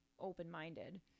open-minded